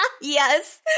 yes